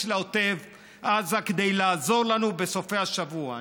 לעוטף עזה כדי לעזור לנו בסופי השבוע.